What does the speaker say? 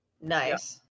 Nice